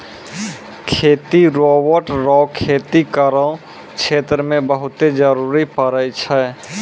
खेती रोवेट रो खेती करो क्षेत्र मे बहुते जरुरी पड़ै छै